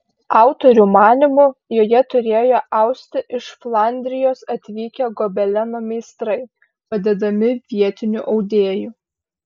autorių manymu joje turėjo austi iš flandrijos atvykę gobeleno meistrai padedami vietinių audėjų